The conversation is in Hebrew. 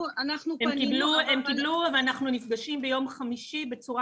אנחנו נפגשים ביום חמישי בצורה